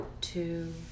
two